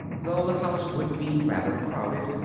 though the house would be rather crowded,